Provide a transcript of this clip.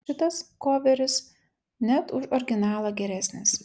šitas koveris net už originalą geresnis